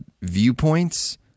viewpoints